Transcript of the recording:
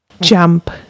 jump